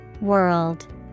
world